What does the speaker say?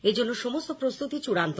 এজন্য সমস্ত প্রস্তুতি চূড়ান্ত